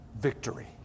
victory